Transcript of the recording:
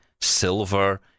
silver